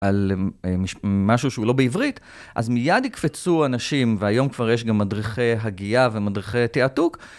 על משהו שהוא לא בעברית, אז מיד יקפצו אנשים, והיום כבר יש גם מדריכי הגייה ומדריכי תעתוק.